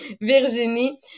Virginie